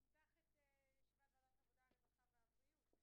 נפתח את ישיבת ועדת העבודה, הרווחה והבריאות.